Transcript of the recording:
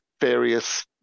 various